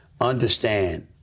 understand